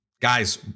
Guys